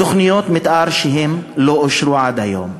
תוכניות מתאר שלא אושרו עד היום,